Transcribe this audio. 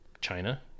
China